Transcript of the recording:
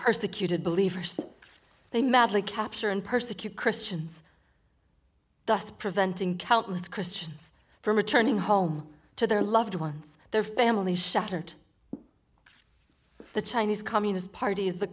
persecuted believers they madly capture and persecute christians thus preventing countless christians from returning home to their loved ones their families shattered the chinese communist party is the